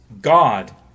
God